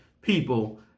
people